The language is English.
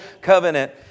Covenant